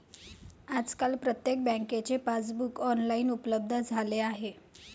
आजकाल प्रत्येक बँकेचे पासबुक ऑनलाइन उपलब्ध झाले आहे